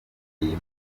iyi